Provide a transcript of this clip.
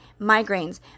migraines